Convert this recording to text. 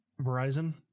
Verizon